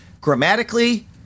grammatically